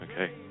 okay